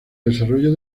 desarrollo